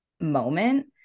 moment